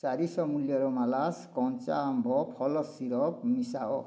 ଚାରିଶହ ମୂଲ୍ୟର ମାଲାସ କଞ୍ଚା ଆମ୍ବ ଫଳ ସିରପ୍ ମିଶାଅ